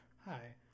Hi